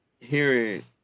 hearing